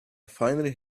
finally